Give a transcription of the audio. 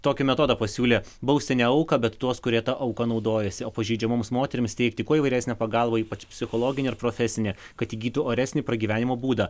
tokį metodą pasiūlė bausti ne auką bet tuos kurie ta auka naudojasi o pažeidžiamoms moterims teikti kuo įvairesnę pagalbą ypač psichologinę ar profesinę kad įgytų oresnį pragyvenimo būdą